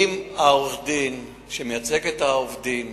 אם עורך-הדין שמייצג את העובדים